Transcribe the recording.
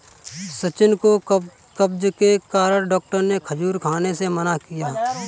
सचिन को कब्ज के कारण डॉक्टर ने खजूर खाने से मना किया